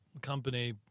company